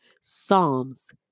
Psalms